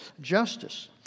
justice